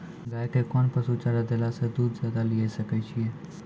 गाय के कोंन पसुचारा देला से दूध ज्यादा लिये सकय छियै?